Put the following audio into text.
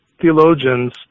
theologians